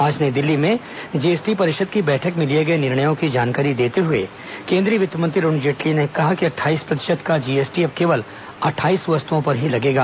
आज नई दिल्ली में जीएसटी परिषद की बैठक में लिए गए निर्णयों की जानकारी देते हुए केंद्रीय वित्त मंत्री अरुण जेटली ने कहा कि अट्ठाईस प्रतिशत का जीएसटी अब केवल अट्ठाईस वस्तुओं पर ही लगेगा